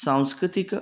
सांस्कृतिकी